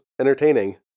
entertaining